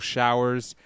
Showers